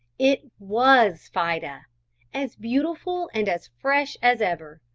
it was fida as beautiful and as fresh as ever,